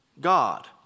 God